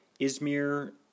Izmir